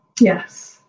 Yes